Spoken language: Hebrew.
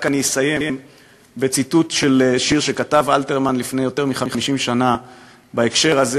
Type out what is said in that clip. רק אני אסיים בציטוט של שיר שכתב אלתרמן לפני יותר מ-50 שנה בהקשר הזה,